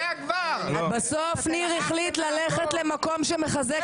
זה ------ בסוף ניר החליט ללכת למקום שמחזק